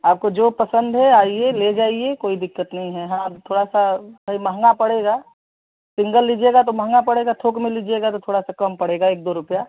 आपको जो पसंद है आइए ले जाइए कोई दिक़्क़त नहीं है हाँ थोड़ा सा भाई महँगा पड़ेगा सिंगल लीजिएगा तो महँगा पड़ेगा थोक में लीजिएगा तो थोड़ा सा कम पड़ेगा एक दो रुपया